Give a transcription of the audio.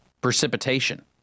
precipitation